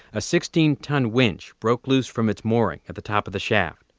a sixteen ton winch broke loose from its moorings at the top of the shaft.